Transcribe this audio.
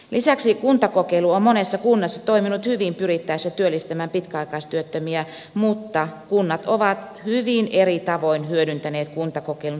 lisäksi kuntakokeilu on monessa kunnassa toiminut hyvin pyrittäessä työllistämään pitkä aikaistyöttömiä mutta kunnat ovat hyvin eri tavoin hyödyntäneet kuntakokeilun tarjoamia mahdollisuuksia